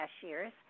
Cashiers